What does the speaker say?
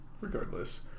regardless